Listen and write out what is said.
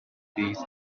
these